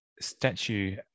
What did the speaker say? statue